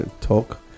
talk